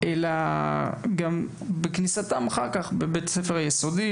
אבל גם בכניסתם אחר כך למסגרת בבית הספר היסודי,